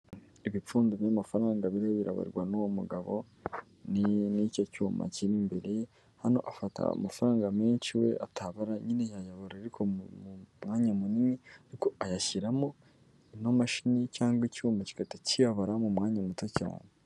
Ibipfundo by'amafaranga biriho birabarwa n'uwo mugabo n'icyo cyuma kiri imbere ye, hano afata amafaranga menshi we atabara; nyine yayabara ariko mu mwanyawanya munini. ariko ayashyiramo imamashini cyangwa icyuma kikahita kiyaburara, mu mwanya muto cyane.